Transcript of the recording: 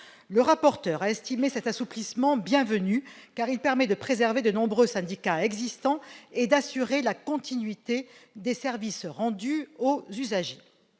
Le rapporteur a jugé cet assouplissement bienvenu, car il permet de préserver de nombreux syndicats existants et d'assurer la continuité des services rendus aux usagers.